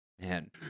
Man